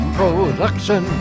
production